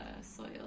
soil